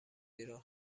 ایران